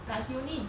like he only